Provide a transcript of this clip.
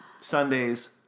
Sundays